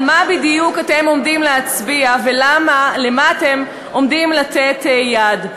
מה בדיוק אתם עומדים להצביע ולְמה אתם עומדים לתת יד.